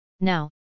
Now